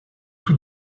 tout